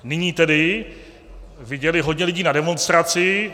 Nyní tedy viděli hodně lidí na demonstraci.